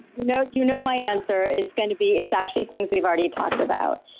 you know you know my answer is going to be it's actually things we've already talked about.